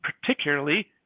particularly